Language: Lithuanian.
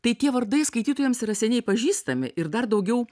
tai tie vardai skaitytojams yra seniai pažįstami ir dar daugiau